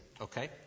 okay